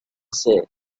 say